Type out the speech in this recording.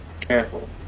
Careful